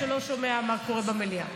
שלא שומע מה קורה במליאה.